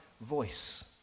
voice